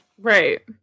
Right